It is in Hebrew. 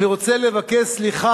אני רוצה לבקש סליחה.